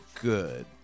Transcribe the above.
good